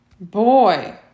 boy